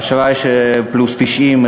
אשראי פלוס 90,